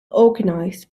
organized